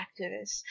activists